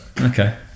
Okay